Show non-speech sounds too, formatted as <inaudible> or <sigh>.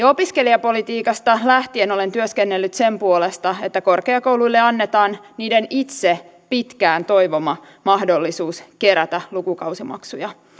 <unintelligible> opiskelijapolitiikasta lähtien olen työskennellyt sen puolesta että korkeakouluille annetaan niiden itse pitkään toivoma mahdollisuus kerätä lukukausimaksuja